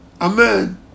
Amen